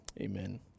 amen